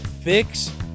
fix